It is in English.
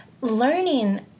Learning